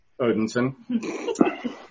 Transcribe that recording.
Odinson